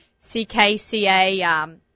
CKCA –